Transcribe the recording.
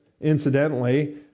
Incidentally